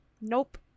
Nope